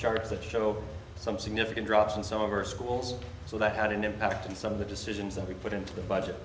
charts that show some significant drops in some of our schools so that had an impact in some of the decisions that we put into the budget